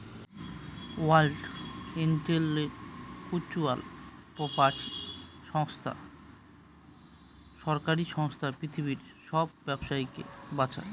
world intellectual property সংস্থা সরকারি সংস্থা পৃথিবীর সব ব্যবসাকে বাঁচায়